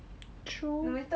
true